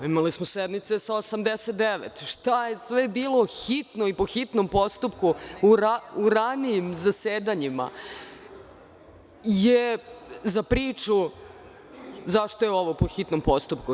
Imali smo sednice sa 89 tačka, šta je sve bilo hitno i po hitnom postupku u ranijim zasedanjima je za priču zašto je ovo po hitnom postupku.